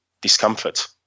discomfort